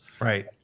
Right